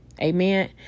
amen